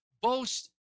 boast